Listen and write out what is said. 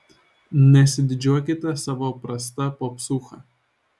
nesididžiuokite savo prasta popsūcha